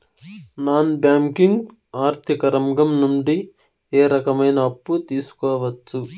Non banking ఆర్థిక రంగం నుండి ఏ రకమైన అప్పు తీసుకోవచ్చు?